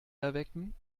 erwecken